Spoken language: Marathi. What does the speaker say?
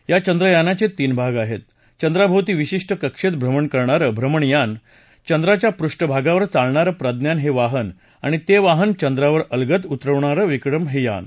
या चांद्रयानाचा जीन भाग आहती चंद्राभोवती विशिष्ट कक्षतीभ्रमण करणारं भ्रमणयान चंद्राच्या पृष्ठभागावर चालणारं प्रज्ञान हव्विहन आणि तव्विहन चंद्रावर अलगद उतरवणारं विक्रम हव्विन